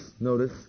notice